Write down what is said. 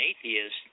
atheists